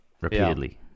repeatedly